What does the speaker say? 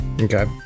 okay